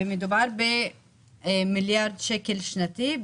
ומדובר במיליארד שקל שנתי.